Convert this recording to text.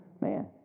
Man